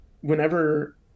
whenever